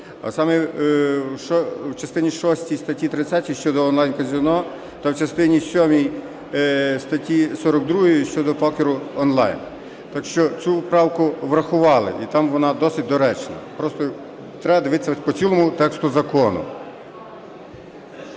А саме в частині шостій статті 30 щодо онлайн-казино та в частині сьомій статті 42 щодо покеру онлайн. Так що цю правку врахували і там вона досить доречна. Просто треба дивитися по цілому тексту закону.